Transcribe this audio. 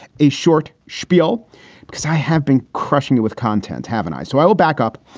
a short spiel because i have been crushing it with content, haven't i? so i will back up.